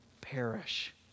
perish